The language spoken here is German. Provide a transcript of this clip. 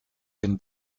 den